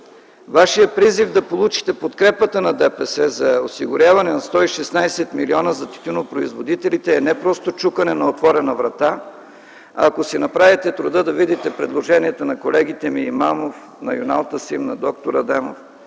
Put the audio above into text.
Вашият призив да получите подкрепата на ДПС за осигуряване на 116 милиона за тютюнопроизводителите, е не просто чукане на отворена врата. Ако си направите труда да видите предложенията на колегите ми Имамов, на Юнал Тасим, на д-р Адемов